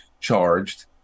charged